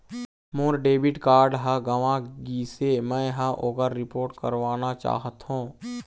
मोर debit card ह गंवा गिसे, मै ह ओकर रिपोर्ट करवाना चाहथों